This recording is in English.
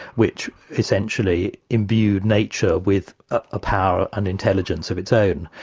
which essentially imbued nature with a power, an intelligence of its own,